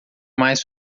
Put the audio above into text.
mais